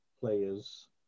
players